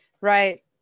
Right